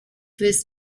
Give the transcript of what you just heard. first